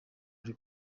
ari